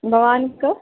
भवान् कः